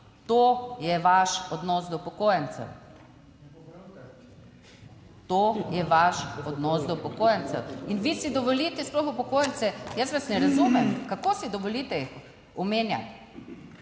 To je vaš odnos do upokojencev. To je vaš odnos do upokojencev. In vi si dovolite sploh upokojence... Jaz vas ne razumem, kako si dovolite omenjati